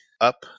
up